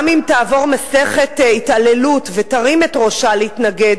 גם אם תעבור מסכת התעללות ותרים את ראשה להתנגד,